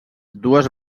dues